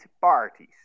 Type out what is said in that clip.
parties